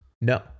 No